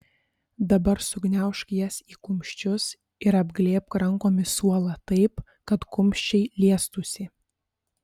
dabar sugniaužk jas į kumščius ir apglėbk rankomis suolą taip kad kumščiai liestųsi